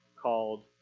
called